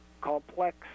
complex